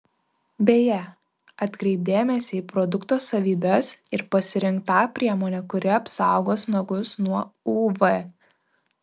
beje atkreipk dėmesį į produkto savybes ir pasirink tą priemonę kuri apsaugos nagus nuo uv